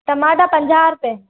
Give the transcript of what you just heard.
टमाटा पंजा रुपये